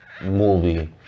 movie